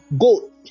goat